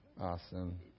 Awesome